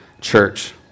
Church